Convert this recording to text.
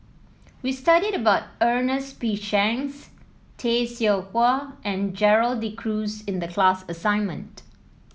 we studied about Ernest P Shanks Tay Seow Huah and Gerald De Cruz in the class assignment